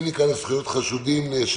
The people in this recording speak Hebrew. הוא כאילו נזנח אבל אי אפשר בחסות הקורונה להכניס